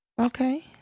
Okay